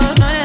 no